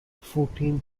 fourteen